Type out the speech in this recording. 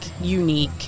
unique